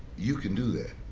you can do that.